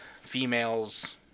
females